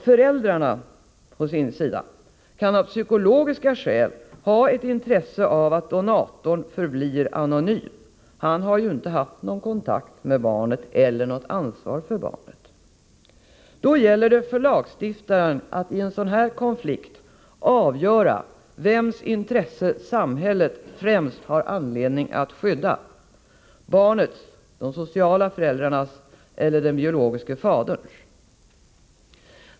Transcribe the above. Föräldrarna å sin sida kan av psykologiska skäl ha ett intresse av att donatorn förblir anonym — han har ju inte haft någon kontakt med eller något ansvar för barnet. För lagstiftaren gäller då att i denna konflikt avgöra vems intresse samhället främst har anledning att skydda — barnets, de sociala föräldrarnas eller den biologiske faderns.